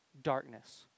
Darkness